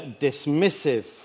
dismissive